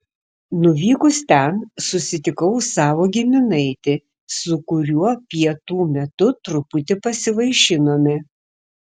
nuvykus ten susitikau savo giminaitį su kuriuo pietų metu truputį pasivaišinome